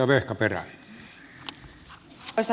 arvoisa herra puhemies